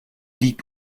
liegt